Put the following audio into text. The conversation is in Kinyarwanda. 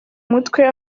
mutwe